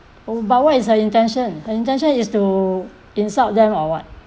oh but what is her intention her intention is to insult them or what